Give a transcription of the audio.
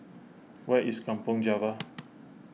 where is Kampong Java